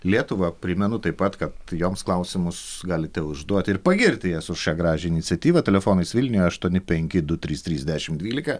lietuvą primenu taip pat kad joms klausimus galite užduoti ir pagirti jas už šią gražią iniciatyvą telefonais vilniuje aštuoni penki du trys trys dešimt dvylika